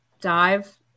dive